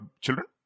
children